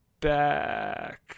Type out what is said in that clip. back